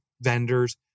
vendors